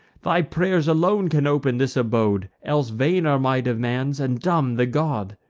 thy pray'rs alone can open this abode else vain are my demands, and dumb the god.